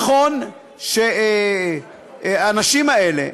נכון שהאנשים האלה,